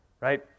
right